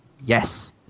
yes